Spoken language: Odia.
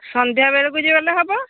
ସନ୍ଧ୍ୟାବେଳକୁ ବି ଗଲେ ହେବ